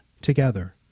together